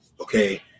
Okay